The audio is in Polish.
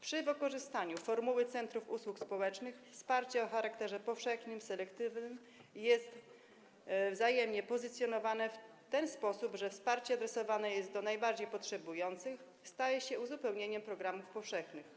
Przy wykorzystaniu formuły centrów usług społecznych wsparcie o charakterze powszechnym i selektywnym jest wzajemnie pozycjonowane w ten sposób, że wsparcie adresowane do najbardziej potrzebujących staje się uzupełnieniem programów powszechnych.